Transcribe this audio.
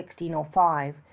1605